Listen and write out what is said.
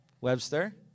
Webster